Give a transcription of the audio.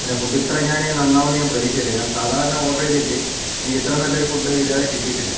അല്ല ഫുഡ് ഇത്രയും ഞാൻ നന്നാവും എന്ന് ഞാൻ പ്രതീക്ഷിച്ചില്ല ഞാൻ സാധാരണ ഓർഡർ ചെയ്തിട്ട് എനിക്ക് ഇത്ര നല്ലൊരു ഫുഡ് ഇതേവരെ കിട്ടിയിട്ടില്ല